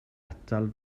atal